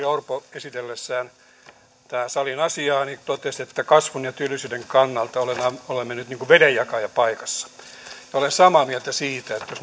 orpo esitellessään asiaa täällä salissa totesi että kasvun ja työllisyyden kannalta olemme nyt vedenjakajapaikassa olen samaa mieltä siitä